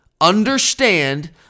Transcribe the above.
understand